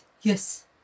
yes